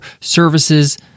services